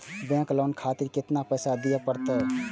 Bank loan खातीर केतना पैसा दीये परतें?